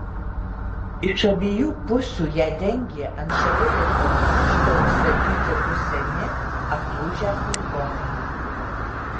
iš abiejų pusių ją dengė ant šaligatvio krašto užstatyti du seni aplūžę furgonai